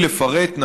בלי לפרט,